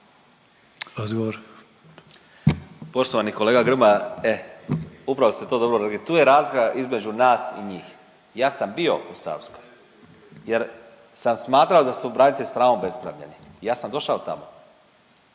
Poštovani kolega Grmoja, e upravo ste to dobro rekli. Tu je razlika između nas i njih. Ja sam bio u Savskoj, jer sam smatrao da su branitelji sa pravom obespravljeni. I ja sam došao tamo,